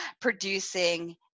producing